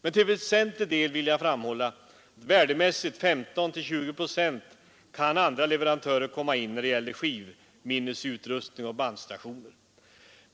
Jag vill dock framhålla att till väsentlig del — värdemässigt 15—20 procent — kan andra leverantörer komma in då det gäller skivminnesutrustning och bandstationer.